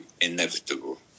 inevitable